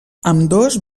ambdós